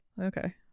Okay